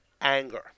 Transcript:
anger